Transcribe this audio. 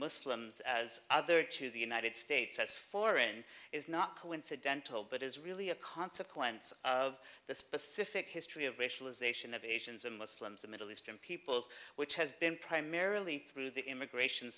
muslims as other to the united states as foreign is not coincidental but is really a consequence of the specific history of racialization of asians and muslims of middle eastern peoples which has been primarily through the immigration